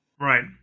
Right